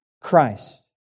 Christ